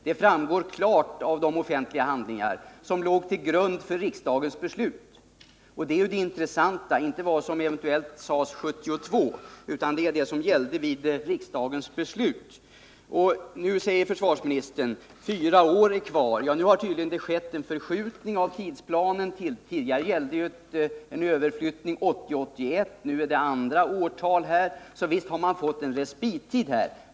Det framgår klart av de offentliga handlingar som låg till grund för riksdagens beslut. Det som är intressant är vad som sades när riksdagen fattade sitt beslut och inte vad som sades 1972. Nu säger försvarsministern att det är fyra år kvar. Det har tydligen skett en förskjutning i tidsplanen. Tidigare var det meningen att en överflyttning skulle ske åren 1980 och 1981. Nu är det fråga om något annat årtal. Så visst har man fått en respittid.